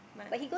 but